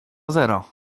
zero